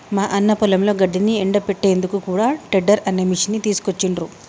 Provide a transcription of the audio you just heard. మా అన్న పొలంలో గడ్డిని ఎండపెట్టేందుకు కూడా టెడ్డర్ అనే మిషిని తీసుకొచ్చిండ్రు